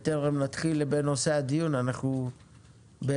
בטרם נתחיל בנושא הדיון אנחנו באירוע